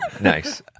nice